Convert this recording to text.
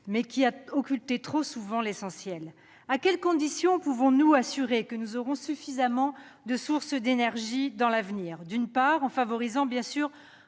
mais qui a trop longtemps occulté l'essentiel. À quelles conditions pouvons-nous nous assurer que nous aurons suffisamment de sources d'énergie dans l'avenir ? D'une part, en favorisant bien sûr